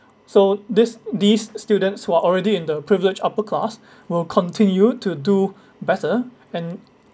so this these students who are already in the privileged upper class will continue to do better and